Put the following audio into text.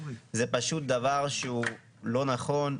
זה פשוט דבר שהוא לא נכון,